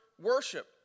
Worship